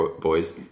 boys